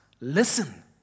listen